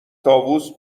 طاووس